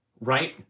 right